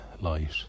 light